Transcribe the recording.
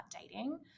dating